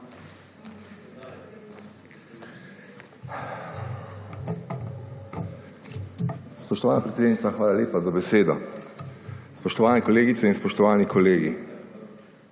Spoštovana predsednica, hvala lepa za besedo. Spoštovane kolegice in spoštovani kolegi!